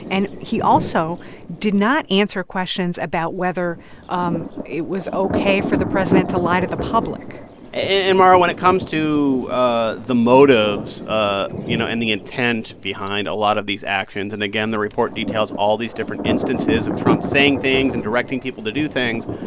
and he also did not answer questions about whether um it was ok for the president to lie to the public and, mara, when it comes to ah the motives, ah you know, and the intent behind a lot of these actions and again, the report details all these different instances of trump saying things and directing people to do things.